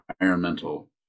environmental